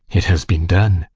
it has been done.